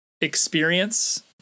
experience